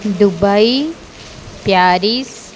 Dubai Paris